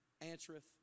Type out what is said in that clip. answereth